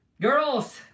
Girls